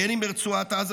בין אם ברצועת עזה,